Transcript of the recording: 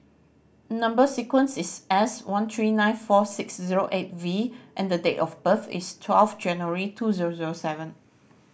number sequence is S one three nine four six zero eight V and date of birth is twelve January two zero zero seven